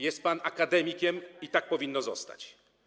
Jest pan akademikiem i tak powinno zostać.